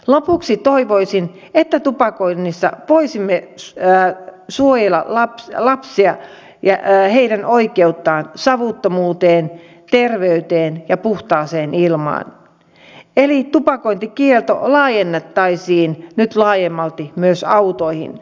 lopuksi toivoisin että voisimme suojella lapsia ja heidän oikeuttaan savuttomuuteen terveyteen ja puhtaaseen ilmaan eli tupakointikielto laajennettaisiin nyt laajemmalti myös autoihin